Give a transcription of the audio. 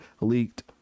leaked